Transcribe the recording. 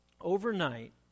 overnight